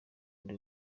ndi